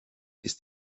ist